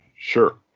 Sure